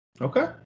Okay